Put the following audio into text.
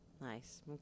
Nice